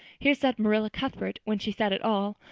here sat marilla cuthbert, when she sat at all,